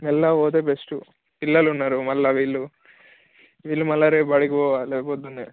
మెల్లగా పోతే బెస్ట్ పిల్లలున్నారు మళ్ళా వీళ్ళు వీళ్ళు మళ్ళా రేపు బడికి పోవాలి పొద్దున్నే